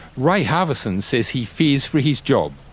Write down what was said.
ray harvison says he fears for his job.